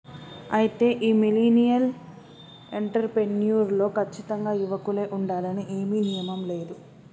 అయితే ఈ millennial entrepreneur లో కచ్చితంగా యువకులే ఉండాలని ఏమీ నియమం లేదు